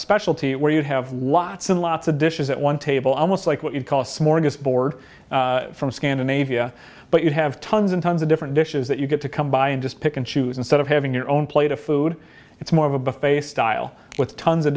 specialty where you have lots and lots of dishes at one table almost like what it costs more i'm just bored from scandinavia but you have tons and tons of different dishes that you get to come by and just pick and choose instead of having your own plate of food it's more of a buffet style with tons of